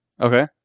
Okay